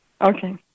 Okay